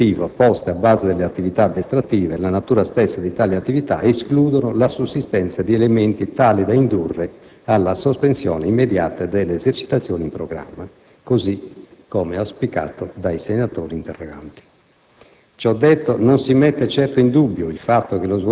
Pertanto, il complesso delle misure di carattere preventivo poste alla base delle attività addestrative, e la natura stessa di tali attività, escludono la sussistenza di elementi tali da indurre alla sospensione immediata delle esercitazioni in programma, come auspicato dai senatori interroganti.